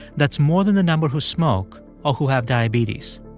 that's more than the number who smoke or who have diabetes.